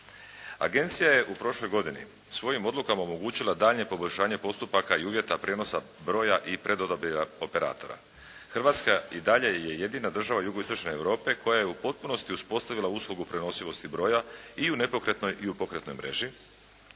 Agencija je u prošloj godini svojim odlukama omogućila daljnje poboljšanje postupaka i uvjeta prijenosa broja i predodabira operatora. Hrvatska i dalje je jedina država jugoistočne Europe koja je u potpunosti uspostavila uslugu prenosivosti broja i u nepokretnoj i u pokretnoj mreži,